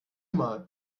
mal